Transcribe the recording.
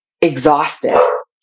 exhausted